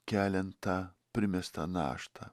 keliant tą primestą naštą